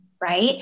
right